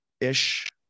ish